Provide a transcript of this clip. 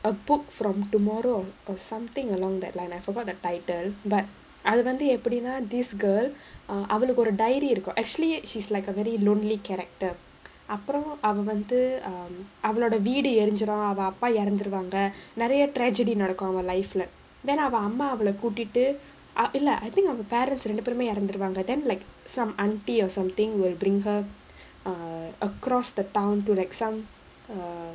a book from tomorrow or something along that line I forgot the title but அது வந்து எப்பிடினா:adhu vandhu eppidinaa this girl uh அவளுக்கொரு:avalukkoru dairy இருக்கு:irukku actually she's like a very lonely character அப்பறம் அவ வந்து:apparam ava vandhu um அவளோட வீடு எருஞ்சிறு அவ அப்பா எறந்திருவாறுவாங்க நறைய:avaloda veedu erunjirum ava appa eranthiruvaanga naraiya tragedy நடக்கு அவ:nadakku ava life lah then அவ அம்மா அவள கூட்டிட்டு:ava amma avala koottittu ah இல்ல:illa I think அவங்க:avanga parents ரெண்டு பேருமே இறந்திருவாங்க:rendu paerumae iranthiruvaanga then like some aunty or something will bring her err across the town to like some err